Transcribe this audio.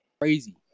crazy